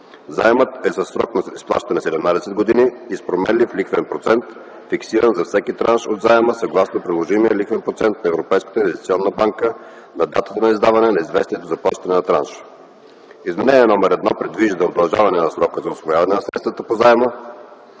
Заемът е със срок на изплащане 17 години и с променлив лихвен процент, фиксиран за всеки транш от заема, съгласно приложимия лихвен процент на Европейската инвестиционна банка на датата на издаване на известието за плащане на транша. Изменение № 1 предвижда удължаване на срока за усвояване на средствата по заема